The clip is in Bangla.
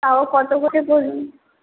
তাও কতো করে বলুন